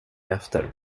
efter